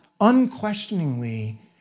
unquestioningly